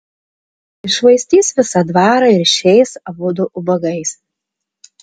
iššvaistys visą dvarą ir išeis abudu ubagais